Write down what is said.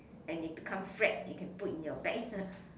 and it become flat you can put it in your bag